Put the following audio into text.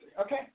Okay